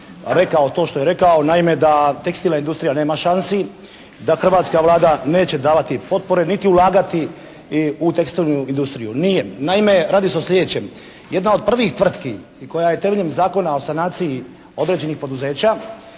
rekao to što je rekao naime da tekstilna industrija nema šansi, da hrvatska Vlada neće davati potpore niti ulagati u tekstilnu industriju. Nije. Naime radi se o sljedećem. Jedna od prvih tvrtki i koja je temeljem Zakona o sanaciji određenih poduzeća